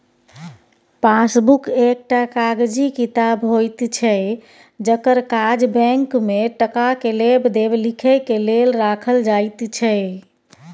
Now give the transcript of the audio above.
passbook एकटा कागजी किताब होइत छै जकर काज बैंक में टका के लेब देब लिखे के लेल राखल जाइत छै